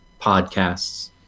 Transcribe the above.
podcasts